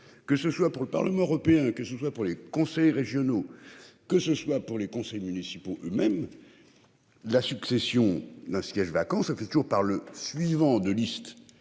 que ce soit pour le Parlement européen que ce soit pour les conseils régionaux. Que ce soit pour les conseils municipaux même. La succession d'un siège vacant se fait toujours par le suivant de liste.